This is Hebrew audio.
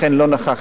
לכן לא נכחתי,